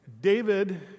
David